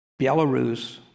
Belarus